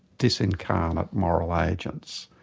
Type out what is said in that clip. disincarnate moral agents,